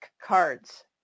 cards